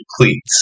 please